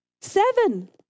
Seven